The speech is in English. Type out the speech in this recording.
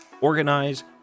organize